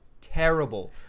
Terrible